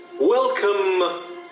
Welcome